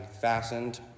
fastened